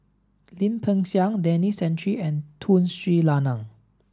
Lim Peng Siang Denis Santry and Tun Sri Lanang